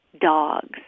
dogs